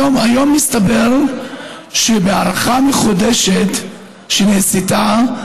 היום מסתבר שבהערכה מחודשת שנעשתה,